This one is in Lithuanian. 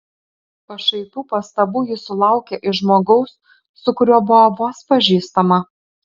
pašaipių pastabų ji sulaukė iš žmogaus su kuriuo buvo vos pažįstama